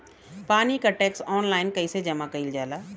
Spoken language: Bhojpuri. पानी क टैक्स ऑनलाइन कईसे जमा कईल जाला?